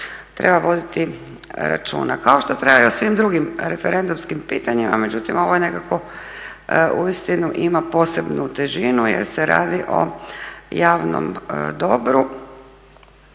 treba voditi računa, kao što treba i o svim drugim referendumskim pitanjima, međutim ovo nekako uistinu ima posebnu težinu jer se radi o javnom dobru